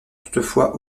toutefois